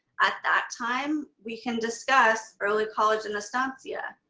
at that time we can discuss early college and estancia.